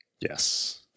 Yes